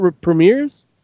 premieres